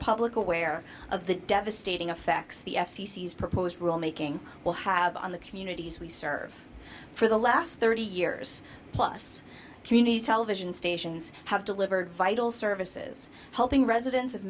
public aware of the devastating effects the f c c has proposed rulemaking will have on the communities we serve for the last thirty years plus communities television stations have delivered vital services helping residents of